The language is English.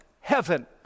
heaven